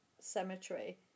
cemetery